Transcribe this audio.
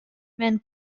men